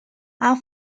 are